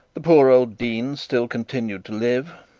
the poor old dean still continued to live,